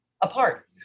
apart